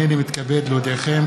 הנני מתכבד להודיעכם,